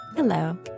Hello